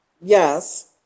yes